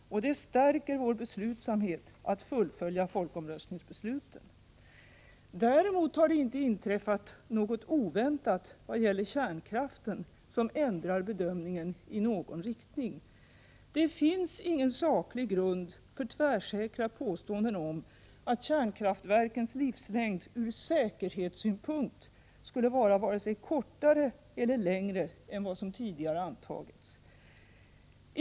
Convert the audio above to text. Och det stärker vår beslutsamhet att fullfölja folkomröstningsbesluten. Däremot har det inte inträffat något oväntat vad gäller kärnkraften som ändrar bedömningen i någon riktning. Det finns ingen saklig grund för tvärsäkra påståenden om att kärnkraftverkens livslängd ur säkerhetssynpunkt skulle vara vare sig kortare eller längre än vad som tidigare antagits.